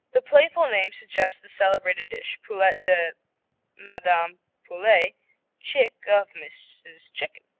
the playful name suggests the celebrated dish, poulette de madame poulet, chick of mrs. chicken.